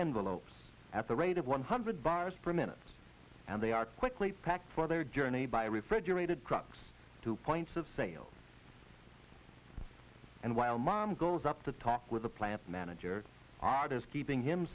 envelope at the rate of one hundred bars per minute and they are quickly packed for their journey by refrigerated trucks to points of sale and while mom goes up to talk with the plant manager art is keeping him